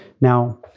Now